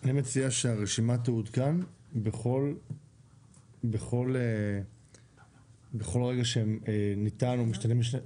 אני מציע שהרשימה תעודכן בכל רגע שניתן או משתנה רישיון.